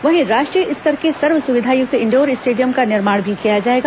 वहीं राष्ट्रीय स्तर के सर्व सुविधायुक्त इंडोर स्टेडियम का निर्माण भी किया जाएगा